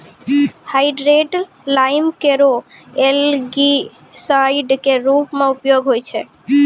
hydrated lime केरो algicide क रूप म उपयोग होय छै